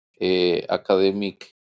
academic